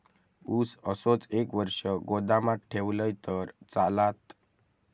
ऊस असोच एक वर्ष गोदामात ठेवलंय तर चालात?